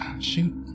Shoot